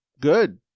Good